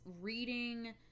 reading